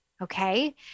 Okay